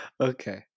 okay